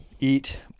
Eat